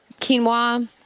quinoa